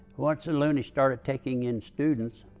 once and lowney started taking in students,